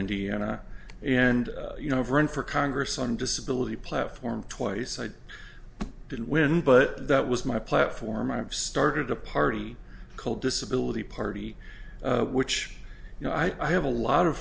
indiana and you know i've run for congress on disability platform twice i didn't win but that was my platform i've started a party called disability party which you know i have a lot of